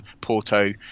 porto